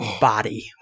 body